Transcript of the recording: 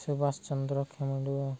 ସୁବାଷ ଚନ୍ଦ୍ର